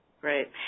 Great